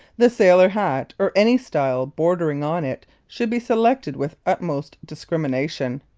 the sailor-hat or any style bordering on it should be selected with utmost discrimination.